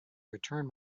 return